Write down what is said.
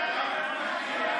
כן,